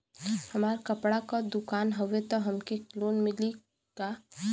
हमार कपड़ा क दुकान हउवे त हमके लोन मिली का?